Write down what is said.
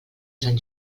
sant